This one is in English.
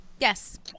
Yes